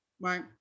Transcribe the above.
Right